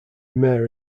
mayor